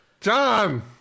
John